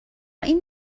این